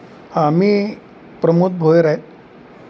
हां मी प्रमोद भोयर आहे